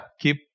Keep